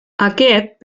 aquest